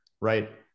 right